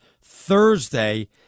Thursday